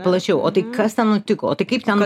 plačiau o tai kas ten nutiko o tai kaip ten